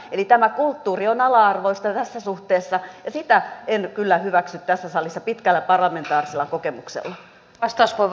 eli tämä kulttuuri on ala arvoista tässä suhteessa ja sitä en kyllä hyväksy tässä salissa pitkällä parlamentaarisella kokemuksella